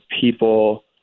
people